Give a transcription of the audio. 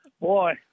boy